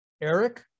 Eric